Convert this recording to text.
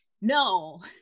No